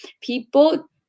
People